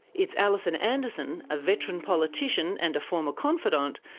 it's alison anderson, a veteran politician and a former confidante,